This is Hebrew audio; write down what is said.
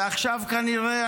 ועכשיו כנראה,